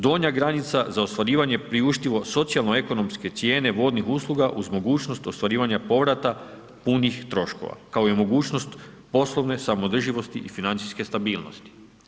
Donja granica za ostvarivanje priuštilo socijalno ekonomske cijene vodnih usluga uz mogućnost ostvarivanja povrata punih troškova, kao i mogućnost poslovne samoodrživosti i financijske stabilnosti.